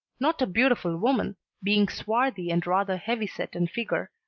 not a beautiful woman, being swarthy and rather heavy-set in figure,